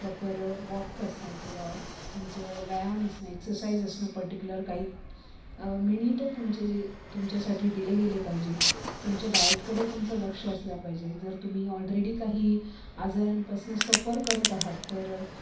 proper walk असणं किंवा तुमचा व्यायाम असणं एक्सरसाईझ असणं पर्टीक्युलर काही मिनिटं तुमचे तुमच्यासाठी दिले गेले पाहिजेत तुमच्या डाएटकडे तुमचं लक्ष असलं पाहिजे जर तुम्ही ऑलरेडी काही आजारांपासनं सफर करत आहात तर